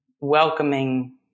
welcoming